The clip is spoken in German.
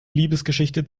liebesgeschichte